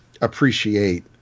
appreciate